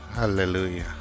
Hallelujah